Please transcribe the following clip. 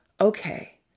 Okay